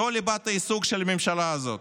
זו ליבת העיסוק של הממשלה הזאת,